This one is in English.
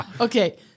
Okay